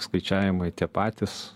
skaičiavimai tie patys